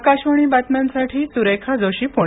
आकाशवाणी बातम्यांसाठी सुरेखा जोशी पुणे